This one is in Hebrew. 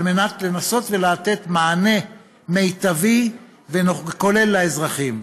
על מנת לנסות ולתת מענה מיטבי וכולל לאזרחים.